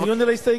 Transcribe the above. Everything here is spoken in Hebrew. בבקשה.